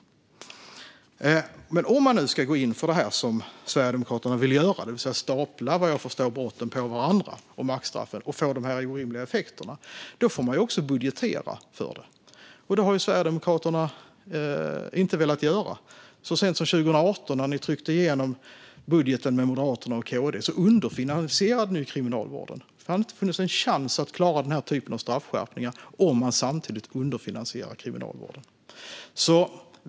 Om Sverigedemokraterna nu vill gå in för det detta orimliga, alltså att stapla brottens maxstraff på varandra, får de också budgetera för det. Men det har Sverigedemokraterna inte velat göra. Så sent som 2018, när de tryckte igenom budgeten med Moderaterna och Kristdemokraterna, underfinansierade de kriminalvården. Kriminalvården har inte en chans att klara dessa straffskärpningar om den samtidigt underfinansieras.